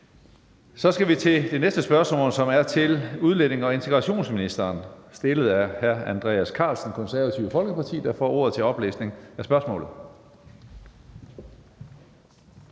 Så skal vi til det næste spørgsmål, som er til udlændinge- og integrationsministeren og stillet af hr. Andreas Karlsen, Det Konservative Folkeparti, der nu får ordet. Kl. 15:02 Spm.